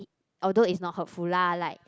although it's not hurtful lah like